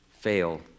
fail